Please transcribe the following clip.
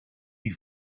you